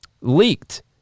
leaked